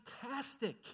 fantastic